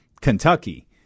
Kentucky